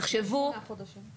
תחשבו --- שמונה חודשים.